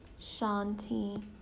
shanti